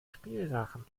spielsachen